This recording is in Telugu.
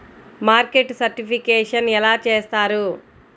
మార్కెట్ సర్టిఫికేషన్ ఎలా చేస్తారు?